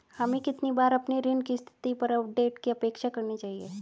हमें कितनी बार अपने ऋण की स्थिति पर अपडेट की अपेक्षा करनी चाहिए?